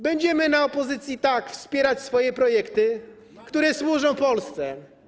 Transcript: Będziemy w opozycji wspierać swoje projekty, które służą Polsce.